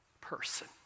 person